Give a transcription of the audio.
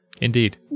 Indeed